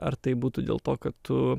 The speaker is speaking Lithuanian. ar tai būtų dėl to kad tu